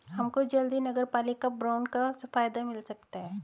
हमको जल्द ही नगरपालिका बॉन्ड का फायदा मिल सकता है